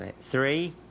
Three